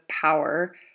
power